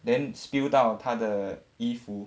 then spill 到她的衣服